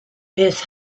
his